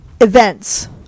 events